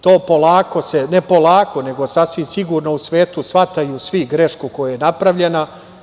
To polako, ne polako, nego sasvim sigurno u svetu shvataju svi grešku koja je napravljena.